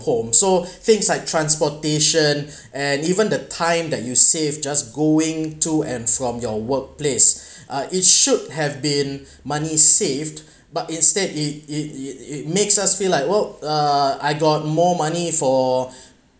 home so things like transportation and even the time that you save just going to and from your workplace uh it should have been money saved but instead it it it it makes us feel like would uh I got more money for